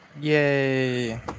Yay